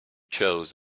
chose